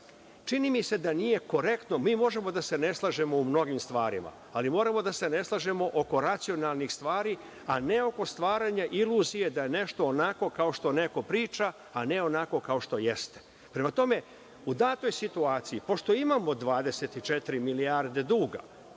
Čini mi se da nije korektno, mi možemo da se ne slažemo u mnogim stvarima, ali moramo da se ne slažemo o racionalnih stvari, a ne oko stvaranja iluzije da je nešto onako kao što neko priča, a ne onako kao što jeste. Prema tome, u datoj situaciji, pošto imamo 24 milijarde duga